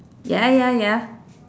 ya ya ya